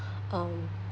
um